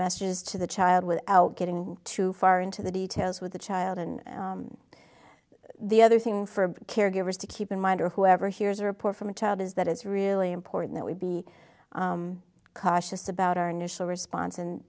messages to the child without getting too far into the details with the child and the other thing for caregivers to keep in mind or whoever hears a report from a child is that it's really important that we be cautious about our initial response and